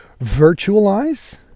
virtualize